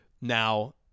Now